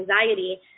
anxiety